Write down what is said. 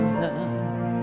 love